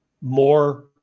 more